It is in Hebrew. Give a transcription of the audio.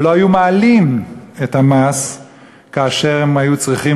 ולא היו מעלים את המס כאשר הם היו צריכים